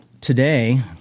today